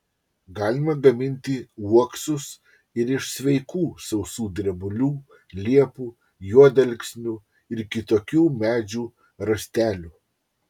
galima gaminti uoksus ir iš sveikų sausų drebulių liepų juodalksnių ir kitokių medžių rąstelių